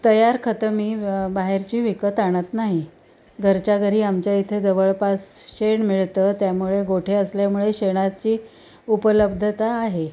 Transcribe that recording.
तयार खतं मी बाहेरची विकत आणत नाही घरच्या घरी आमच्या इथे जवळपास शेण मिळतं त्यामुळे गोठे असल्यामुळे शेणाची उपलब्धता आहे